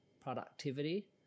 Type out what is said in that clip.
productivity